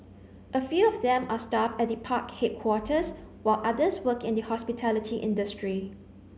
a few of them are staff at the park headquarters while others work in the hospitality industry